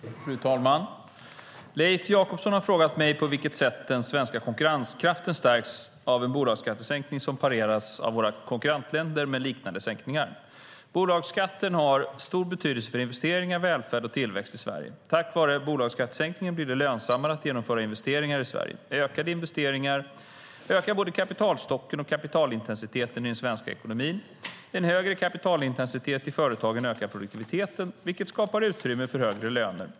Fru talman! Leif Jakobsson har frågat mig på vilket sätt den svenska konkurrenskraften stärks av en bolagsskattesänkning som pareras av våra konkurrentländer med liknande sänkningar. Bolagsskatten har stor betydelse för investeringar, välfärd och tillväxt i Sverige. Tack vare bolagsskattesänkningen blir det lönsammare att genomföra investeringar i Sverige. Ökade investeringar ökar både kapitalstocken och kapitalintensiteten i den svenska ekonomin. En högre kapitalintensitet i företagen ökar produktiviteten, vilket skapar utrymme för högre löner.